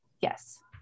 Yes